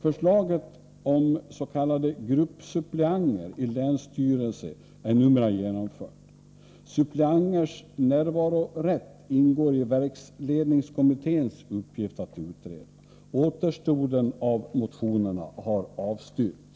Förslaget om s.k. gruppsuppleanter i länsstyrelse är numera genomfört. Det ingår i verkledningskommitténs uppgift att utreda suppleanters närvarorätt. Åter stoden av motionerna har avstyrkts.